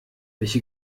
welche